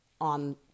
on